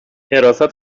حراست